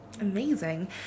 Amazing